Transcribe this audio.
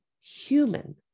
human